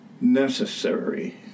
necessary